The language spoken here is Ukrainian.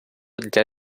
для